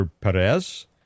Perez